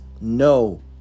no